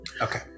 Okay